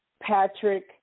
Patrick